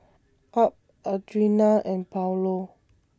Ab Audrina and Paulo